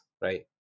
right